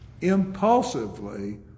impulsively